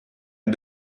est